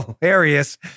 Hilarious